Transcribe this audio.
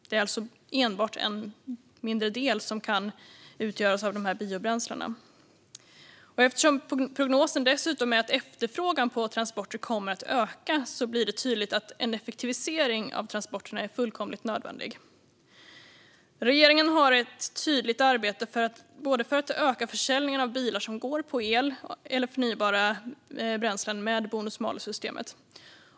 Det är alltså enbart en mindre del som kan utgöras av biobränslen. Eftersom prognosen dessutom är att efterfrågan på transporter kommer att öka blir det tydligt att en effektivisering av transporterna är fullkomligt nödvändig. Regeringen har ett tydligt arbete för att öka försäljningen av bilar som går på el eller förnybara bränslen, genom bonus-malus-systemet.